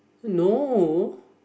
no